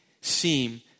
seem